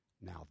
now